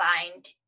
find